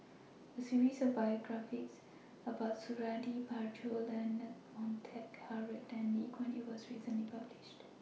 A series of biographies about Suradi Parjo Leonard Montague Harrod and Lee Kuan Yew was recently published